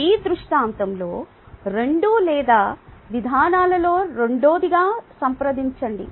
ఇది దృష్టాంతంలో రెండు లేదా విధానాలలో రెండోదిగా సంప్రదించండి